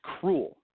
cruel